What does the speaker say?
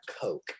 coke